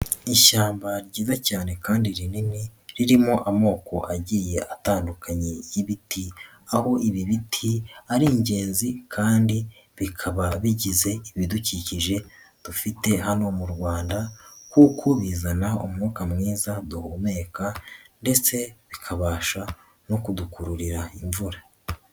Ishyamba ryiza cyane kandi rinini ririmo amoko agiye atandukanye y'ibiti, aho ibi biti ari ingenzi kandi bikaba bigize ibidukikije dufite hano mu Rwanda kuko bizana umwuka mwiza duhumeka ndetse bikabasha no kudukururira imvura.